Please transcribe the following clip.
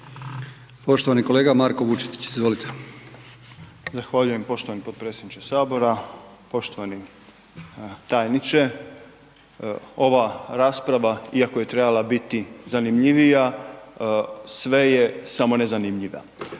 **Vučetić, Marko (Nezavisni)** Zahvaljujem poštovani potpredsjedniče Sabora. Poštovani tajniče, ova rasprava, iako je trebala biti zanimljivija, sve je samo ne zanimljiva.